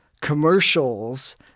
commercials